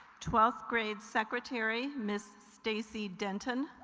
twelfth grade secretary miss stacy denton